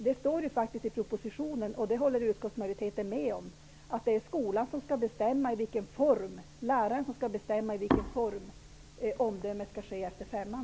Det står ju faktiskt i propositionen -- och det håller utskottsmajoriteten med om -- att det är läraren som skall bestämma i vilken form omdöme skall ges efter femman.